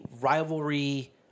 rivalry